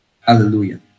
Hallelujah